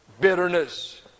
bitterness